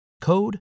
code